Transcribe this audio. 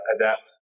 adapt